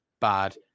bad